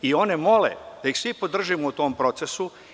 One mole da ih svi podržimo u tom procesu.